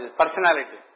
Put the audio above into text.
personality